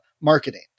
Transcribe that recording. marketing